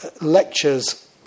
lectures